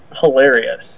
hilarious